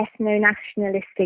ethno-nationalistic